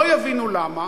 לא יבינו למה.